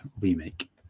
remake